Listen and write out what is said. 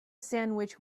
sandwich